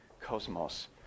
cosmos